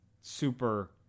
super